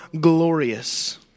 glorious